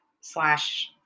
slash